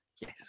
Yes